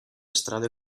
strade